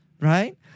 Right